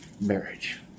marriage